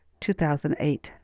2008